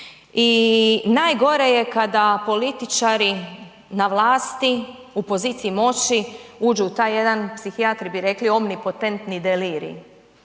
i najgore je kada političari na vlasti u poziciji moći uđu u taj jedan psihijatri bi rekli omnipotentni delirij,